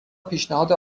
پیشنهاد